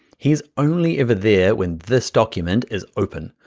he's only ever there when this document is open.